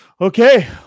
okay